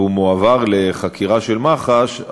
והוא מועבר לחקירה של מח"ש,